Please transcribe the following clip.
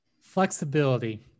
flexibility